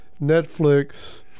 Netflix